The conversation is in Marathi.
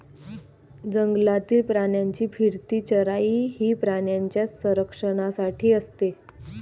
जंगलातील प्राण्यांची फिरती चराई ही प्राण्यांच्या संरक्षणासाठी असते